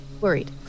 worried